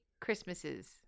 Christmases